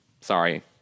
Sorry